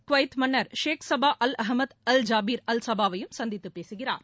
Kuwait மன்னர் Sheikh Sabah Al Ahmad Al Jaber Al சபாவையும் சந்தித்துப் பேககிறார்